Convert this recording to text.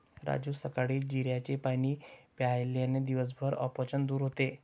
राजू सकाळी जिऱ्याचे पाणी प्यायल्याने दिवसभराचे अपचन दूर होते